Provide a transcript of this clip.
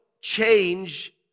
change